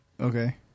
Okay